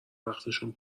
وقتشون